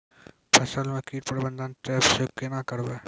फसल म कीट प्रबंधन ट्रेप से केना करबै?